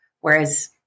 Whereas